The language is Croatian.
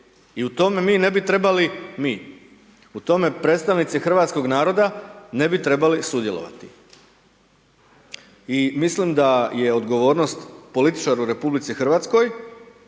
I u tome mi ne bi trebali, mi, u tome predstavnici hrvatskog naroda ne bi trebali sudjelovati i mislim da je odgovornost političara u RH da se